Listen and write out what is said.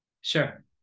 sure